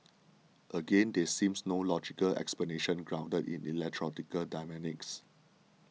again there seems no logical explanation grounded in electoral dynamics